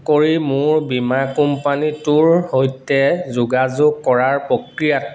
কৰি মোৰ বীমা কোম্পানীটোৰ সৈতে যোগাযোগ কৰাৰ প্ৰক্ৰিয়াত